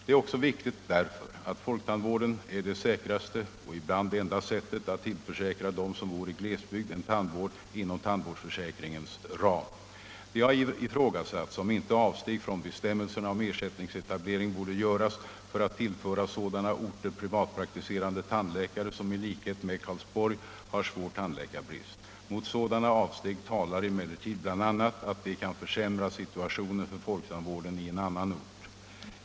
Det är också viktigt därför att folktandvården är det säkraste och ibland enda sättet att tillförsäkra dem som bor i glesbygd en tandvård inom tandvårdsförsäkringens ram. Det har ifrågasatts om inte avsteg från bestämmelserna om ersättningsetablering borde göras för att tillföra sådana orter privatpraktiserande tandläkare som i likhet med Karlsborg har svår tandläkarbrist. Mot sådana avsteg talar emellertid bl.a. att de kan försämra situationen för folktandvården i en annan ort.